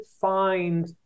find